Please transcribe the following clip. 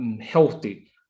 healthy